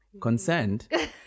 Concerned